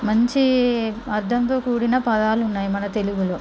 మంచి అర్ధంతో కూడిన పదాలు ఉన్నాయి మన తెలుగులో